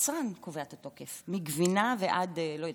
היצרן קובע את התוקף, מגבינה ועד אני לא יודעת.